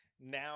now